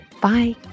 Bye